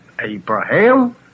Abraham